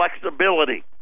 flexibility